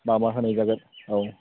मा मा होनाय जागोन औ